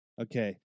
Okay